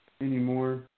anymore